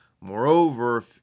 Moreover